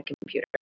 computer